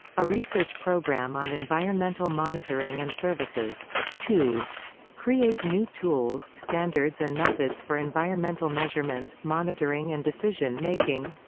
a research programme on environmental monitoring and services to create new tools, standards and methods for environmental measurement, monitoring and decision-making.